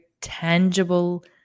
tangible